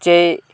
चाहिँ